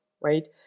right